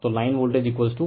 तो line voltage phase voltage